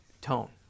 tone